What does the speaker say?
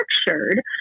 structured